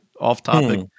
off-topic